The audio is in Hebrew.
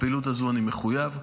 לפעילות הזו אני מחויב,